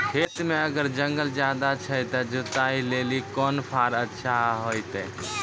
खेत मे अगर जंगल ज्यादा छै ते जुताई लेली कोंन फार अच्छा होइतै?